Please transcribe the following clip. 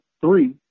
three